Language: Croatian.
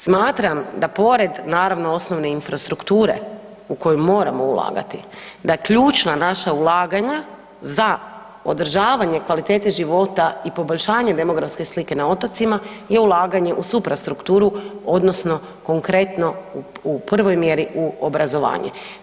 Smatram da pored naravno osnovne infrastrukture u koju moramo ulagati da ključna naša ulaganja za održavanje kvalitete života i poboljšanje demografske slike na otocima je ulaganje u suprastrukturu odnosno konkretno u prvoj mjeri u obrazovanje.